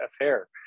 affair